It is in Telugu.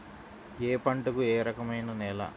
ఏ పంటకు ఏ రకమైన నేల?